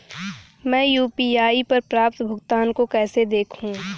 मैं यू.पी.आई पर प्राप्त भुगतान को कैसे देखूं?